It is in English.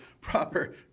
proper